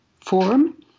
form